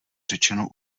řečeno